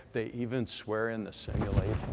they even swear in the simulator,